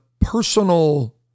personal